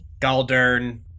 Galdern